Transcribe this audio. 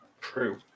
True